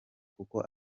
kuko